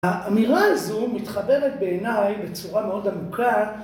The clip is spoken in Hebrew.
‫האמירה הזו מתחברת בעיניי ‫בצורה מאוד עמוקה.